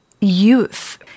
youth